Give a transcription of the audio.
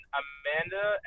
amanda